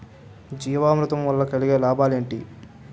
జీవామృతం వల్ల కలిగే లాభాలు ఏంటి?